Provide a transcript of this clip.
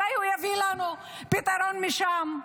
אולי הוא יביא לנו פתרון משם,